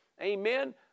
amen